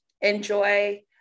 enjoy